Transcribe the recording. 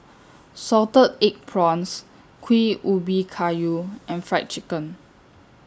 Salted Egg Prawns Kuih Ubi Kayu and Fried Chicken